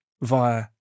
via